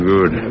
Good